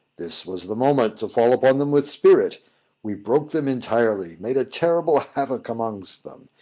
this was the moment to fall upon them with spirit we broke them entirely made a terrible havoc amongst them,